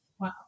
Wow